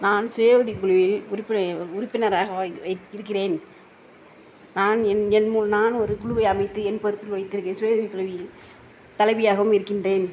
நான் சுய உதவி குழுவில் உறுப்பினைய உறுப்பினராக வை வைத் இருக்கிறேன் நான் என் என் முல் நான் ஒரு குழுவை அமைத்து என் பொறுப்பில் வைத்திருக்கிறேன் சுய உதவி குழுவில் தலைவியாகவும் இருக்கிறேன்